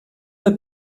der